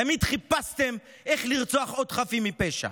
תמיד חיפשתם איך לרצוח עוד חפים מפשע.